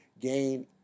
gain